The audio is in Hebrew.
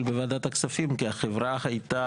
אבל בוועדת הכספים כי החברה הייתה,